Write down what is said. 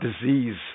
disease